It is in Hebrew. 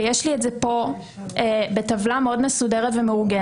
ויש לי את זה כאן בטבלה מאוד מסודרת ומאורגנת